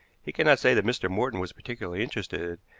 he could not say that mr. morton was particularly interested,